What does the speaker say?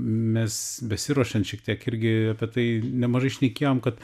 mes besiruošiant šiek tiek irgi apie tai nemažai šnekėjom kad